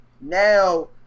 now